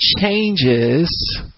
changes